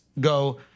go